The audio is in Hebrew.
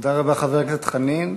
תודה רבה, חבר הכנסת חנין.